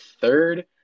third